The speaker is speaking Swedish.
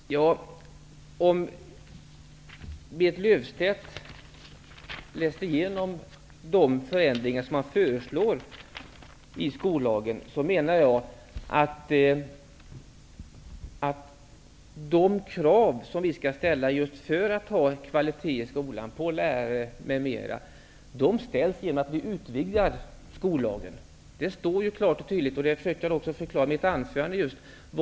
Herr talman! Om Berit Löfstedt har läst igenom de förändringar som föreslås i skollagen, menar jag att de krav som vi skall ställa för att ha kvalitet i skolan, på lärare m.m. ställs genom att vi utvidgar skollagen. Det står klart och tydligt. Det försökte jag också förklara i mitt anförande.